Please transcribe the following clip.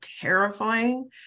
terrifying